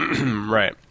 Right